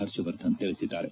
ಹರ್ಷವರ್ಧನ್ ತಿಳಿಸಿದ್ದಾರೆ